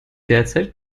derzeit